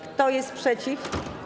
Kto jest przeciw?